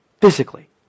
Physically